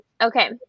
Okay